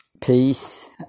Peace